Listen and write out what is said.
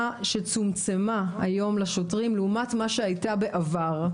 שצומצמה היום לשוטרים לעומת מה שהייתה בעבר.